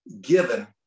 given